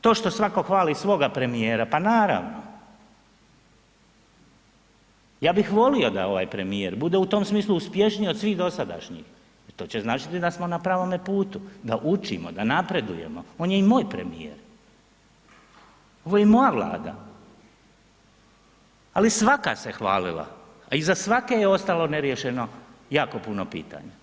To što svatko hvali svoga premijera, pa naravno ja bih volio da ovaj premijer bude u tom smislu uspješniji od svih dosadašnjih jer to će značiti da smo na pravome putu, da učimo, da napredujemo, on je i moj premijer, ovo je i moja Vlada, ali svaka se hvalila, a iza svake je ostalo neriješeno jako puno pitanja.